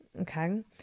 Okay